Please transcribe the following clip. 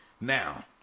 Now